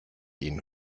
ihnen